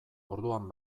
orduan